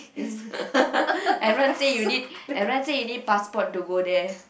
it's everyone say you need everyone say you need passport to go there